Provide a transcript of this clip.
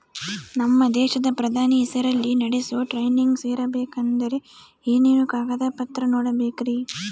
ನಮ್ಮ ದೇಶದ ಪ್ರಧಾನಿ ಹೆಸರಲ್ಲಿ ನಡೆಸೋ ಟ್ರೈನಿಂಗ್ ಸೇರಬೇಕಂದರೆ ಏನೇನು ಕಾಗದ ಪತ್ರ ನೇಡಬೇಕ್ರಿ?